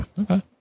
Okay